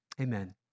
Amen